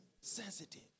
sensitive